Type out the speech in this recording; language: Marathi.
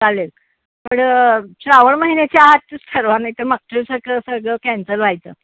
चालेल पण श्रावण महिन्याच्या आतच ठरवा नाहीतर मागच्या वेळसारखं सगळं कॅन्सल व्हायचं